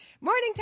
Morning